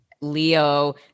Leo